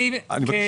כן.